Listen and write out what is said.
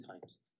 times